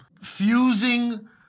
Fusing